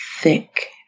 thick